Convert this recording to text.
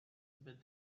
with